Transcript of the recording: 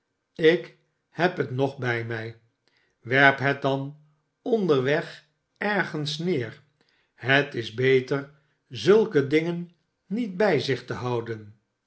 slk heb het nog bij mij swerp het dan onderweg ergens neer het is beter zulke dmgen niet bij zich te houden